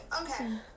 Okay